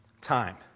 Time